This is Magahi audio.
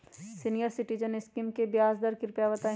सीनियर सिटीजन स्कीम के ब्याज दर कृपया बताईं